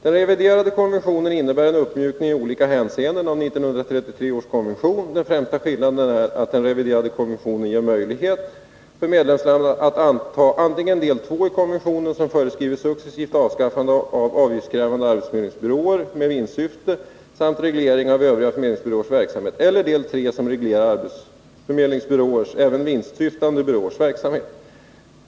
Den reviderade konventionen innebär en uppmjukning i olika hänseenden av 1933 års konvention. Den främsta skillnaden är att den reviderade konventionen ger möjlighet för medlemsland att anta antingen del II i konventionen, som föreskriver successivt avskaffande av avgiftskrävande arbetsförmedlingsbyråer med vinstsyfte samt reglering av övriga förmedlingsbyråers verksamhet, eller del III som reglerar arbetsförmedlingsbyråers — även vinstsyftande byråers — verksamhet.